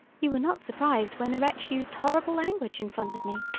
you were not surprised when the wretch used horrible language in front of me!